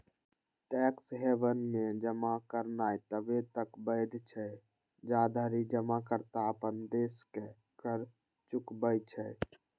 tax haven मे जमा करनाय तबे तक वैध छै, जाधरि जमाकर्ता अपन देशक कर चुकबै छै